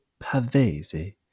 Pavese